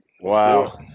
wow